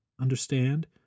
Understand